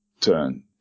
turn